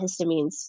histamines